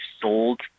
sold